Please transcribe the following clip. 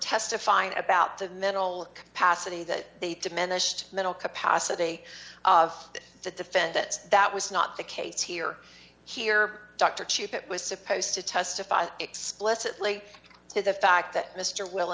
testifying about the mental capacity that they diminished mental capacity of the defendants that was not the case here here dr chip it was supposed to testify explicitly to the fact that mr will